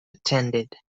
attended